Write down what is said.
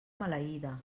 maleïda